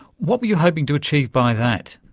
what were you hoping to achieve by that?